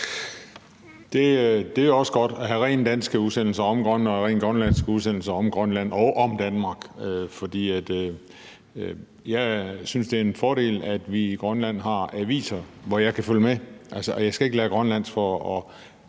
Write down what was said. Det er også godt at have rent danske udsendelser om Grønland og rent grønlandske udsendelser om Grønland og om Danmark. Jeg synes, at det er en fordel, at der i Grønland er aviser, som jeg kan følge med i, og at jeg ikke skal lære grønlandsk for at